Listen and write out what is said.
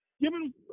given